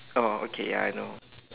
oh okay ya I know